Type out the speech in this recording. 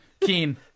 Keen